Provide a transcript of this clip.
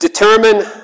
Determine